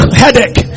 headache